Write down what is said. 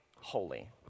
holy